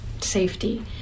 safety